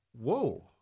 Whoa